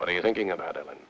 what are you thinking about it